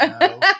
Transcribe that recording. no